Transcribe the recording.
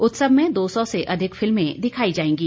उत्सव में दो सौ से अधिक फिल्में दिखाई जाएंगी